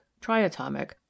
triatomic